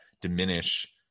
diminish